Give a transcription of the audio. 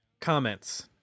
Comments